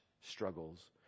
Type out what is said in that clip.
struggles